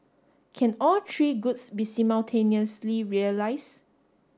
can all three goods be simultaneously realise